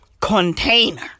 container